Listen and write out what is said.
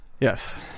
yes